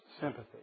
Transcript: sympathy